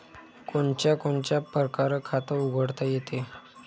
कोनच्या कोनच्या परकारं खात उघडता येते?